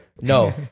No